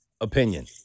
opinion